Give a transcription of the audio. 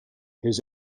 his